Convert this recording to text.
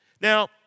Now